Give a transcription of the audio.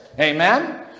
Amen